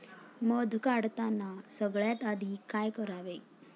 मध काढताना सगळ्यात आधी काय करावे?